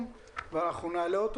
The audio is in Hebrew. ואנחנו נעלה אותו.